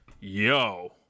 yo